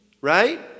right